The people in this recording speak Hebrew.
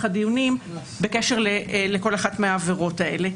הדיונים בקשר לכל אחת מהעבירות האלה.